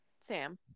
Sam